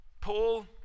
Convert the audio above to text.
Paul